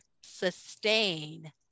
sustain